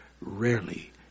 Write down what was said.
rarely